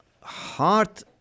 Heart